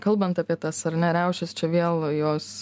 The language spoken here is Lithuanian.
kalbant apie tas ar ne riaušes čia vėl jos